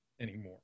anymore